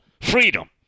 freedom